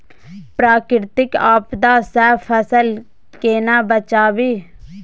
प्राकृतिक आपदा सं फसल केना बचावी?